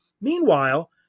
Meanwhile